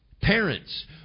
parents